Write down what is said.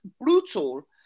brutal